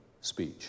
speech